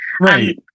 Right